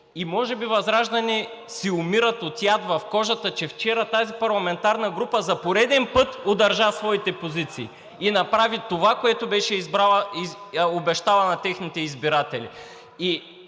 И може би ВЪЗРАЖДАНЕ си умират от яд в кожата си, че вчера тази парламентарна група за пореден път удържа своите позиции и направи това, което беше обещала на техните избиратели.